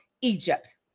Egypt